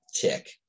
tick